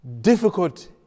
difficult